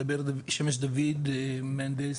מדבר שמש דוד מהנדס,